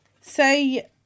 say